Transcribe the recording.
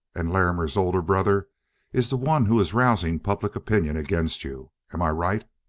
and larrimer's older brother is the one who is rousing public opinion against you. am i right?